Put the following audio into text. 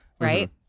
Right